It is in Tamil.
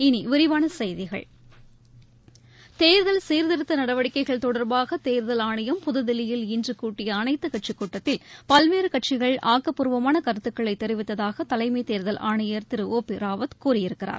இனி விரிவான செய்திகள் தோதல் சீாதிருத்த நடவடிக்கைகள் தொடா்பாக தேர்தல் ஆணையம் புதுதில்லியில் இன்று கூட்டிய அனைத்துக் கட்சிக் கூட்டத்தில் பல்வேறு கட்சிகள் ஆக்கப்பூர்வமான கருத்துக்களை தெரிவித்ததாக தலைமை தோ்தல் ஆணையர் திரு ஒ பி ராவத் கூறியிருக்கிறார்